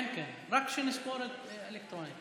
כן, רק כשנספור אלקטרונית